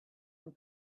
and